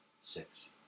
six